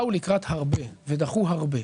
באו לקראת הרבה, ודחו הרבה.